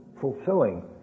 fulfilling